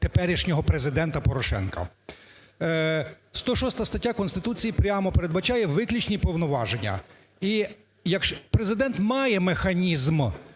теперішнього Президента Порошенка. 106 стаття Конституції прямо передбачає виключні повноваження. І Президент має механізм,